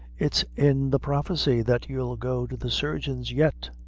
it's in the prophecy that you'll go to the surgeons yet.